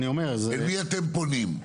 אל מי אתם פונים?